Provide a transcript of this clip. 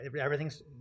everything's